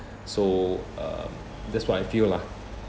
so uh that's what I feel lah